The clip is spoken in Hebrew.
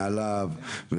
מעליו,